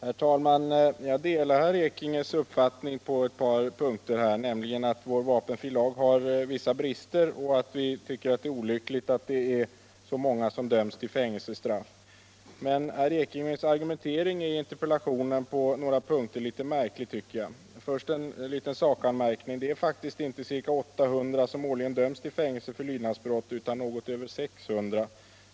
Herr talman! Jag delar herr Ekinges uppfattning på ett par punkter, nämligen att vår vapenfrilag har vissa brister och att det är olyckligt att så många döms till fängelsestraff. Men jag tycker att herr Ekinges argumentering i interpellationen på några punkter är litet märklig. Först en sakanmärkning. Det är inte ca 800 som årligen döms till fängelse för lydnadsbrott utan något över 600.